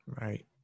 Right